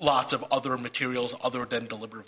lots of other materials other than deliberate